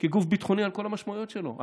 כגוף ביטחוני על כל המשמעויות שלו.